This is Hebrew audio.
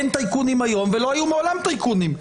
אין טייקונים היום ולא היו מעולם טייקונים,